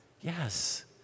Yes